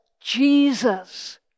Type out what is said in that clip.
Jesus